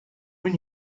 when